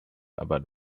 about